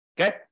Okay